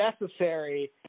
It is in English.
necessary